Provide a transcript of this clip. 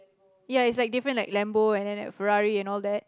ya is like different like Lambo and then like Ferarri and all that